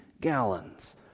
gallons